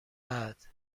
بعد